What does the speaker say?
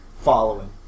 following